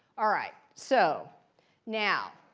all right. so now,